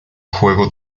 juego